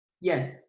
Yes